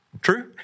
True